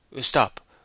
stop